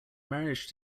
marriage